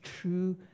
true